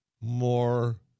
more